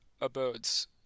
abodes